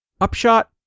Upshot